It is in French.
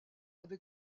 avec